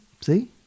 see